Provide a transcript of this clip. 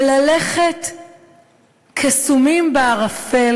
וללכת כסומים בערפל